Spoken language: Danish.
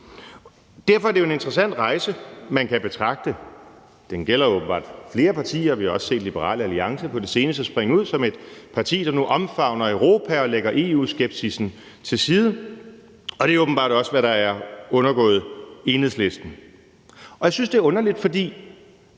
Derfor er det jo en interessant rejse, man kan betragte her. Den gælder åbenbart flere partier, for vi har også på det seneste set Liberal Alliance springe ud som et parti, der nu omfavner Europa og lægger EU-skepsissen til side, og det er åbenbart også, hvad der er undergået Enhedslisten. Jeg synes, det er underligt, for